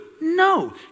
No